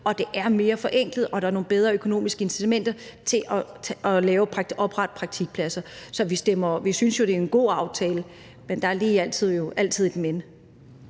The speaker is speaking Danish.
at det er mere forenklet, og at der er nogle bedre økonomiske incitamenter til at oprette praktikpladser. Så vi synes jo, det er en god aftale. Men der er jo altid lige